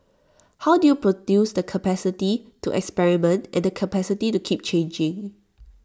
how do you produce the capacity to experiment and the capacity to keep changing